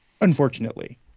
unfortunately